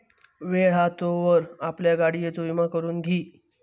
वेळ हा तोवर आपल्या गाडियेचो विमा करून घी